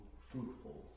fruitful